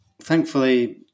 thankfully